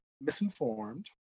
misinformed